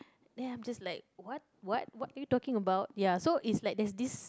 then I'm just like what what what are you talking about ya so is like that this